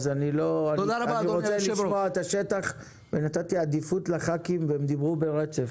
אני רוצה לשמוע את השטח ונתתי עדיפות לח"כים והם דיברו ברצף.